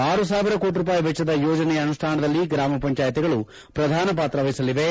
ಆರು ಸಾವಿರ ಕೋಟಿ ರೂಪಾಯಿ ವೆಚ್ಚದ ಯೋಜನೆಯ ಅನುಷ್ಣಾನದಲ್ಲಿ ಗ್ರಾಮ ಪಂಚಾಯ್ತಿಗಳು ಪ್ರಧಾನ ಪಾತ್ರ ವಹಿಸಲಿವೆ